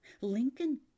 Lincoln